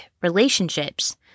relationships